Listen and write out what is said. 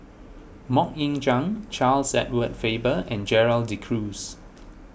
Mok Ying Jang Charles Edward Faber and Gerald De Cruz